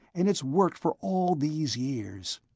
and it's worked for all these years!